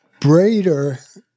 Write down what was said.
Brader